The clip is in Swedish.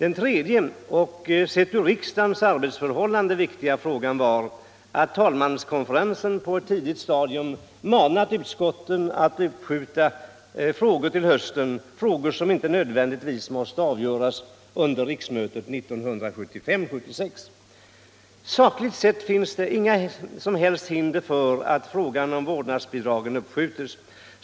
En tredje och med hänsyn till riksdagens arbetsförhållanden viktig faktor var att talmanskonferensen på ett tidigt stadium uppmanat utskotten att till hösten uppskjuta frågor som inte nödvändigtvis måste avgöras under riksmötet 1975/76. Det finns inga som helst sakliga hinder för att frågan om vårdnadsbidrag uppskjutes.